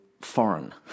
foreign